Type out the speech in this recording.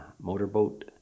motorboat